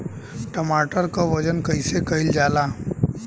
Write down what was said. टमाटर क वजन कईसे कईल जाला?